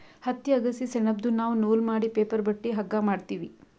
ಹತ್ತಿ ಅಗಸಿ ಸೆಣಬ್ದು ನಾವ್ ನೂಲ್ ಮಾಡಿ ಪೇಪರ್ ಬಟ್ಟಿ ಹಗ್ಗಾ ಮಾಡ್ತೀವಿ